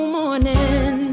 morning